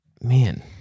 Man